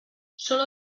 sólo